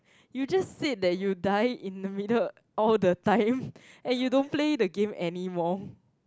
you just said that you die in the middle all the time and you don't play the game anymore